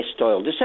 oil